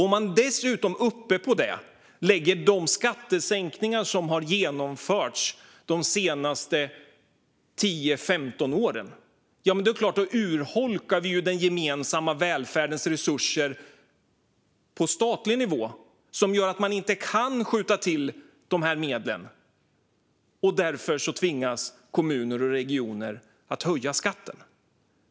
Om man dessutom ovanpå det lägger de skattesänkningar som har genomförts de senaste 10-15 åren är det klart att det urholkar den gemensamma välfärdens resurser på statlig nivå, vilket gör att staten inte kan skjuta till de här medlen. Därför tvingas kommuner och regioner att höja skatten.